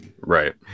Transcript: right